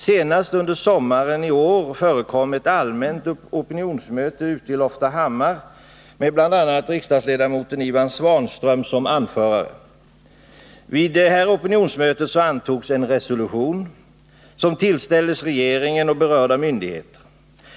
Senast under sommaren i år förekom ett allmänt opinionsmöte ute i Loftahammar med bl.a. riksdagsledamoten Ivan Svanström som anförare. Vid opinionsmötet antogs en resolution som tillställdes regeringen och berörda myndigheter.